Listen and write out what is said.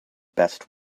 best